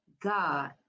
God